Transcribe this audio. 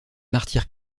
martyr